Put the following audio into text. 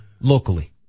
locally